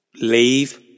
leave